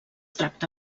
tracta